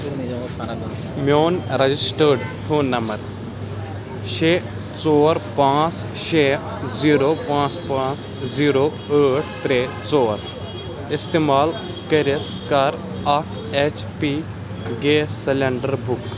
میون registered phone number شےٚ ژور پانٛژھ شےٚ زیٖرو پانٛژھ پانٛژھ زیٖرو ٲٹھ ترٛےٚ ژور استعمال کٔرِتھ کَر اکھ H P gas cylinder book